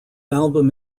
album